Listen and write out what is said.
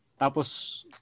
Tapos